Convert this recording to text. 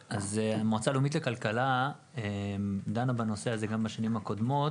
המועצה הלאומית לכלכלה דנה בנושא הזה גם בשנים הקודמות,